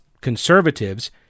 conservatives